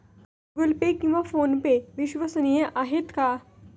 Google Pay किंवा PhonePe विश्वसनीय आहेत का?